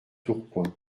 tourcoing